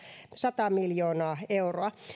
sata miljoonaa euroa